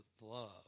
love